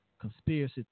conspiracy